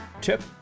Tip